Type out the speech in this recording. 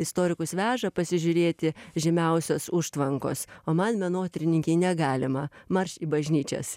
istorikus veža pasižiūrėti žymiausios užtvankos o man menotyrininkei negalima marš į bažnyčias